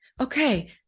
Okay